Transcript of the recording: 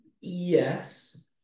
Yes